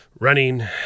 running